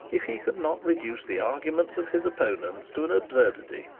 if he could not reduce the arguments of his opponents to an absurdity,